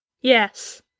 Yes